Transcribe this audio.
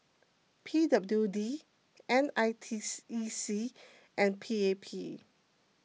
P W D N I T E C and P A P